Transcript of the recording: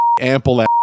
ample